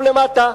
ולכתוב למטה: